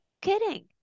kidding